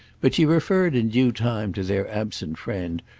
but she referred in due time to their absent friend,